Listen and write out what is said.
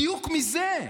בדיוק בגלל זה.